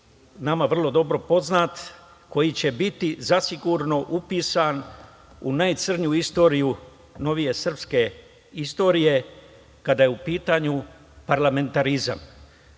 nama vrlo dobro poznat koji će biti zasigurno upisan u najcrnju istoriju novije srpske istorije kada je u pitanju parlamentarizam.